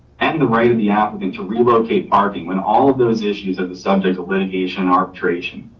and the rate of the applicant to relocate parking when all of those issues that the subject of litigation arbitration.